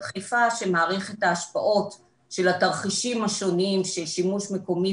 חיפה שמעריך את ההשפעות של התרחישים השונים של שימוש מקומי